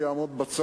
אדוני.